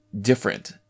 different